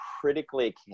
critically